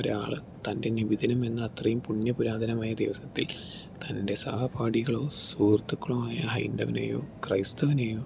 ഒരാള് തൻ്റെ നബിദിനം ഇന്ന് അത്രേയും പുണ്യ പുരാതനമായ ദിവസത്തിൽ തൻ്റെ സഹപാഠികളോ സുഹൃത്തുക്കളോ ആയ ഹൈന്ദവനെയോ ക്രൈസ്തവനെയോ